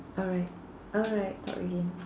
alright alright talk again